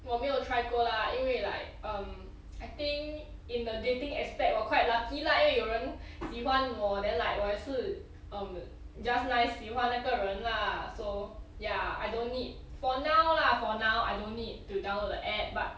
我没有 try 过 lah 因为 like um I think in the dating aspect 我 quite lucky lah 因为有人喜欢我 then like 我也是 um just nice 喜欢那个人 lah so ya I don't need for now lah for now I don't need to download the app but